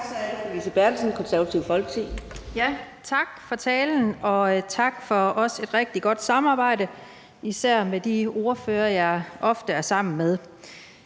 Tak for talen, og også tak for et rigtig godt samarbejde, især med de ordførere, som jeg ofte er sammen med.